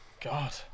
God